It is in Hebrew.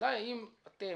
השאלה היא האם אתם,